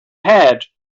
had